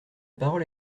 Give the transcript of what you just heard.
parole